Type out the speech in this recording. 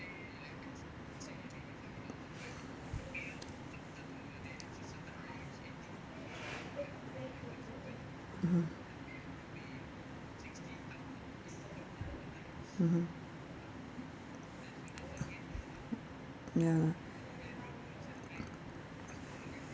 mmhmm mmhmm ya